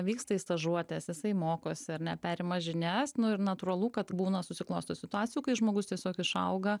vyksta į stažuotes jisai mokosi ar ne perima žinias nu ir natūralu kad būna susiklosto situacijų kai žmogus tiesiog išauga